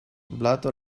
blato